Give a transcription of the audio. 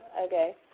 okay